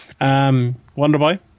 Wonderboy